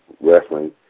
wrestling